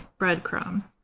breadcrumb